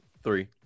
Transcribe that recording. Three